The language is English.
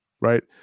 right